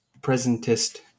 presentist